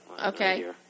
Okay